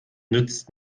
nützt